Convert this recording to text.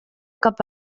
cap